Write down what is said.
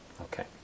Okay